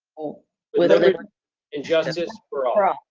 with liberty and justice for ah